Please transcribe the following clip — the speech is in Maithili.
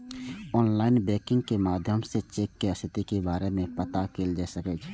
आनलाइन बैंकिंग के माध्यम सं चेक के स्थिति के बारे मे पता कैल जा सकै छै